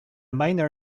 manor